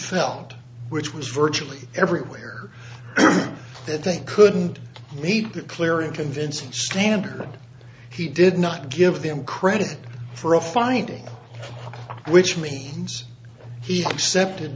felt which was virtually everywhere that they couldn't meet a clear and convincing standard he did not give them credit for a finding which means he accepted